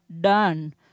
done